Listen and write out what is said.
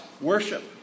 worship